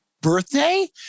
birthday